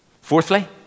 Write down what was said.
Fourthly